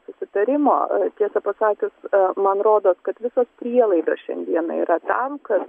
susitarimo tiesą pasakius man rodos kad visos prielaidos šiandieną yra tam kad